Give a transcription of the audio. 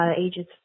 ages